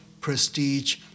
prestige